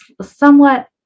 somewhat